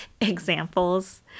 examples